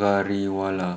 Ghariwala